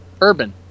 urban